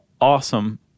awesome